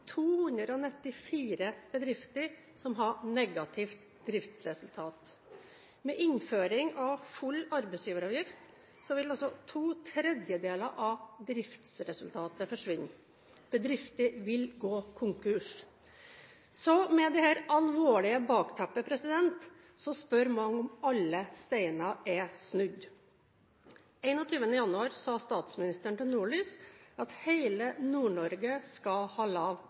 294 bedrifter som hadde negativt driftsresultat. Med innføring av full arbeidsgiveravgift vil altså to tredeler av driftsresultatet forsvinne. Bedrifter vil gå konkurs! Med dette alvorlige bakteppet spør mange om alle steiner er snudd. 21. januar sa statsministeren til Nordlys at hele Nord-Norge skal ha lav